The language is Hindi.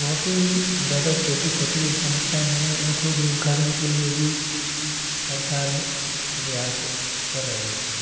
बहुत ही ज्यादा छोटी छोटी समस्याएँ हैं इनको दूर करने के लिए भी सरकार प्रयास कर रही है